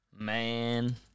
Man